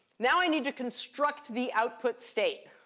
now i need to construct the output state.